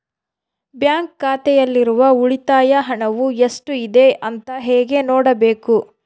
Bank ಖಾತೆಯಲ್ಲಿರುವ ಉಳಿತಾಯ ಹಣವು ಎಷ್ಟುಇದೆ ಅಂತ ಹೇಗೆ ನೋಡಬೇಕು?